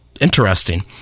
interesting